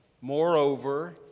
Moreover